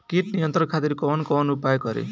कीट नियंत्रण खातिर कवन कवन उपाय करी?